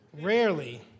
rarely